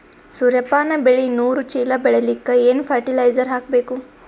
ಸೂರ್ಯಪಾನ ಬೆಳಿ ನೂರು ಚೀಳ ಬೆಳೆಲಿಕ ಏನ ಫರಟಿಲೈಜರ ಹಾಕಬೇಕು?